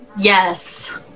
Yes